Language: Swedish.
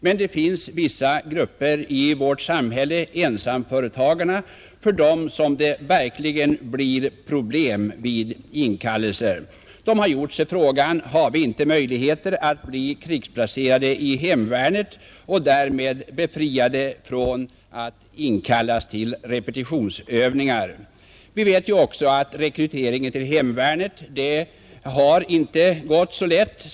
Men det finns vissa grupper i vårt samhälle, nämligen ensamföretagarna, för vilka det verkligen blir problem vid inkallelser. De har ställt sig frågan: Har vi inte möjligheter att bli krigsplacerade i hemvärnet och därmed befriade från att inkallas till repetionsövningar? Vi vet ju att rekryteringen till hemvärnet inte har gått så lätt.